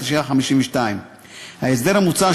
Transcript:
התשי"ב 1952. ההסדר המוצע,